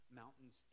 mountains